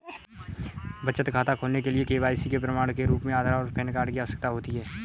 बचत खाता खोलने के लिए के.वाई.सी के प्रमाण के रूप में आधार और पैन कार्ड की आवश्यकता होती है